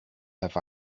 have